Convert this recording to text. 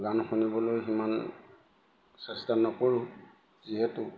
গান শুনিবলৈ সিমান চেষ্টা নকৰোঁ যিহেতু